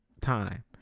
time